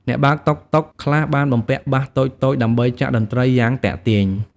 អ្នកបើកបរតុកតុកខ្លះបានបំពាក់បាសតូចៗដើម្បីចាក់តន្ត្រីយ៉ាងទាក់ទាញ។